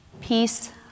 peace